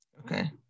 Okay